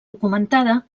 documentada